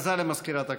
הודעה למזכירת הכנסת.